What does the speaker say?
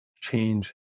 change